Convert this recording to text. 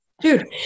dude